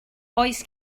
oes